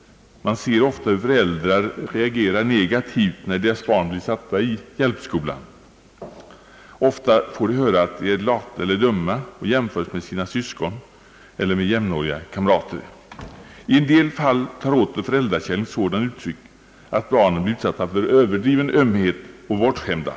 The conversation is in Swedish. Man ser ofta hur föräldrar reagerar negativt när barn blir satta i hjälpskola. Ofta får barnen höra att de är lata eller dumma i jämförelse med sina syskon eller jämnåriga kamrater. I en del fall tar föräldrakärleken sådana uttryck att barnen blir utsatta för överdriven ömhet och bortskämda.